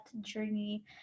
journey